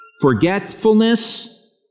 Forgetfulness